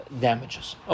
damages